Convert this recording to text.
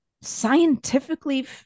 scientifically